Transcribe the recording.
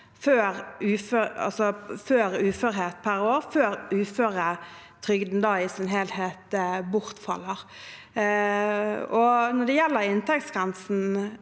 av inntekt per år før uføretrygden i sin helhet bortfaller. Når det gjelder inntektsgrensen,